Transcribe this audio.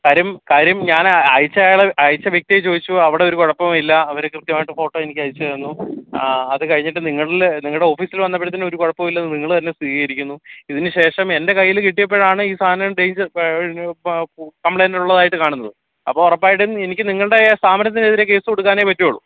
കാര്യം കാര്യം ഞാൻ അയച്ച അയാൾ അയച്ച വ്യക്തി ചോദിച്ചു അവിടെ ഒരു കുഴപ്പവും ഇല്ല അവർ കൃത്യമായിട്ട് ഫോട്ടോ എനിക്ക് അയച്ച് തന്നു അത് കഴിഞ്ഞിട്ട് നിങ്ങളിൽ നിങ്ങളുടെ ഓഫീസില് വന്നപ്പഴ്ത്തേനും ഒരു കുഴപ്പവും ഇല്ലെന്ന് നിങ്ങൾ തന്നെ സ്ഥിതീകരിക്കുന്നു ഇതിന് ശേഷം എൻ്റെ കയ്യിൽ കിട്ടിയപ്പഴാണ് ഈ സാധനം കംപ്ലെയിൻറ് ഉള്ളതായിട്ട് കാണുന്നത് അപ്പം ഉറപ്പ് ആയിട്ടും എനിക്ക് നിങ്ങളുടെ സ്ഥാപനത്തിനെതിരെ കേസ് കൊടുക്കാനെ പറ്റുകയുള്ളൂ